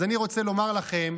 אז אני רוצה לומר לכם,